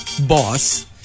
boss